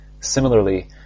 Similarly